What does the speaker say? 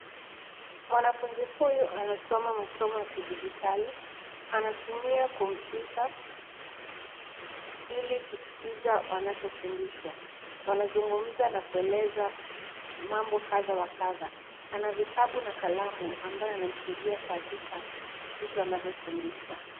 Mwanafunzi huyu anasoma masomo ya kidijitali. Anatumia kompyuta, ili kuskiza wanachofundishwa. Wanazungumza na kueleza mambo kadha wa kadha. Ana vitabu na kalamu ambayo yanamsaidia kuandika vitu anavyofundishwa.